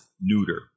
neuter